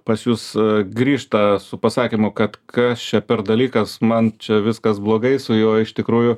pas jus grįžta su pasakymu kad kas čia per dalykas man čia viskas blogai su juo iš tikrųjų